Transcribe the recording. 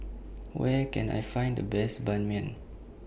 Where Can I Find The Best Ban Mian